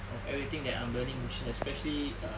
of everything that I'm learning business especially uh